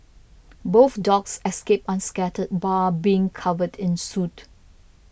both dogs escaped unscathed bar being covered in soot